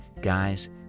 Guys